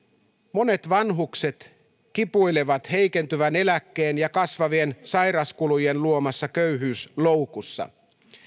monet vanhukset kipuilevat heikentyvän eläkkeen ja kasvavien sairaskulujen luomassa köyhyysloukussa